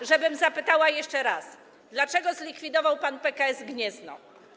żebym zapytała jeszcze raz: Dlaczego zlikwidował pan PKS Gniezno?